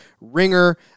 ringer